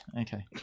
Okay